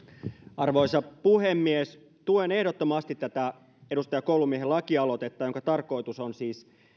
arvoisa puhemies tuen ehdottomasti tätä edustaja koulumiehen lakialoitetta jonka tarkoitus on siis